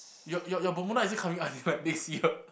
your your Bermuda isn't coming out until like next year